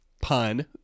Pun